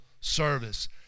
service